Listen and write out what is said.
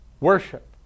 Worship